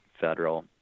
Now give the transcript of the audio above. federal